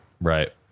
Right